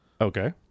Okay